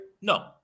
No